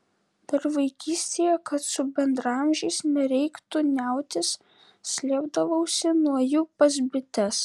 dar vaikystėje kad su bendraamžiais nereiktų niautis slėpdavausi nuo jų pas bites